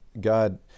God